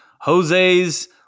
jose's